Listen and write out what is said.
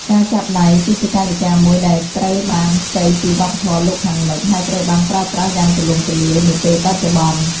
ការចាប់ដៃ គឺជាកាយវិការមួយទៀតដែលត្រូវបានខ្ចីពីវប្បធម៌លោកខាងលិច ហើយត្រូវបានប្រើប្រាស់យ៉ាងទូលំទូលាយនាពេលបច្ចុប្បន្ន។